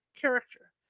Character